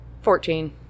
Fourteen